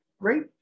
great